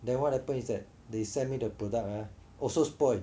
then what happen is that they sent me the products ah also spoil